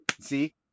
See